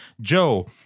Joe